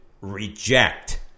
reject